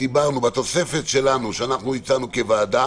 בתוספת שלנו שאנחנו הצענו כוועדה